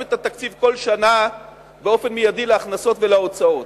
את התקציב כל שנה באופן מיידי להכנסות ולהוצאות.